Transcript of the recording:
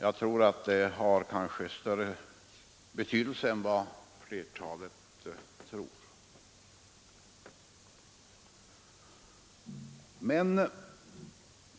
Jag anser ” att de har större betydelse än vad kanske flertalet tror.